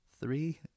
three